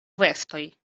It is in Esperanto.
vestoj